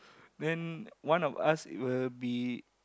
then one of us will be